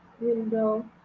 window